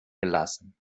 gelassen